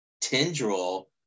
Tendril